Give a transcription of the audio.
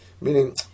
Meaning